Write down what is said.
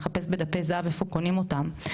לחפש בדפי זהב איפה קונים אותם.